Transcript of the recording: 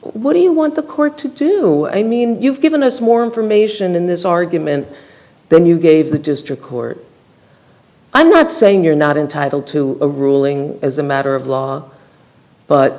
what do you want the court to do i mean you've given us more information in this argument then you gave the district court i'm not saying you're not entitled to a ruling as a matter of law but